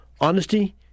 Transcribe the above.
honesty